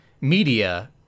media